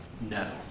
No